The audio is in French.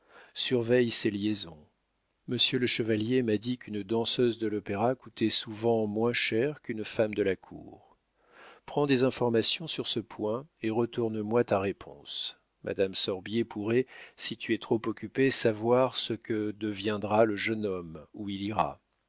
surveille ses liaisons monsieur le chevalier m'a dit qu'une danseuse de l'opéra coûtait souvent moins cher qu'une femme de la cour prends des informations sur ce point et retourne moi ta réponse madame sorbier pourrait si tu es trop occupé savoir ce que deviendra le jeune homme où il ira